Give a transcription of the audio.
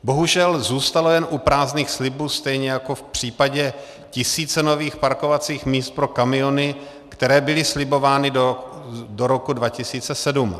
Bohužel zůstalo jen u prázdných slibů, stejně jako v případě tisíce nových parkovacích míst pro kamiony, která byla slibována do roku 2007.